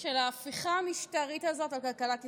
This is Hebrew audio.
של ההפיכה המשטרית הזאת על כלכלת ישראל.